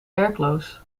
werkloos